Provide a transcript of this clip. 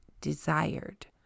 desired